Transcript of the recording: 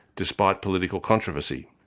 despite political controversy.